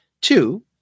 Two